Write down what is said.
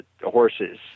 horses